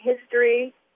history